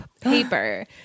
paper